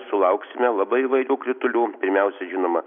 sulauksime labai įvairių kritulių pirmiausiai žinoma